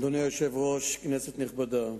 אדוני היושב-ראש, כנסת נכבדה,